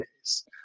days